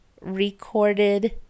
recorded